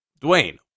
Dwayne